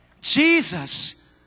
Jesus